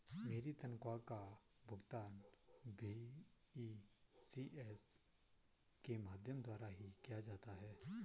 मेरी तनख्वाह का भुगतान भी इ.सी.एस के माध्यम द्वारा ही किया जाता है